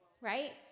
right